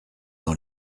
dans